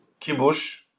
Kibush